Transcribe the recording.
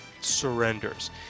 surrenders